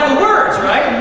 words, right?